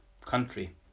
country